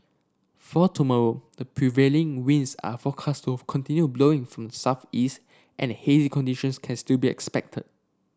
for tomorrow the prevailing winds are forecast of continue blowing from the southeast and hazy conditions can still be expected